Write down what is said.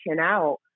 out